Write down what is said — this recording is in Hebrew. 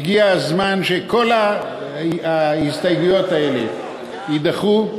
הגיע הזמן שכל ההסתייגויות האלה יידחו,